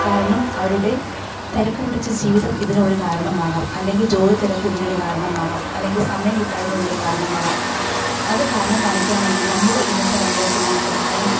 കാരണം അവരുടെ തിരക്ക് പിടിച്ച ജീവിതം ഇതിന് ഒരു കാരണമാകാം അല്ലെങ്കിൽ ജോലി തിരക്കും ഇതിനൊരു കാരണമാകാം അല്ലെങ്കിൽ സമയം കിട്ടായ്മ ഇതിനൊരു കാരണമാകാം അത് കാരണം കാണിക്കുവാണെങ്കിൽ നമ്മുടെ ഇന്നത്തെ തലമുറയ്ക്ക് നമുക്ക് വായനാ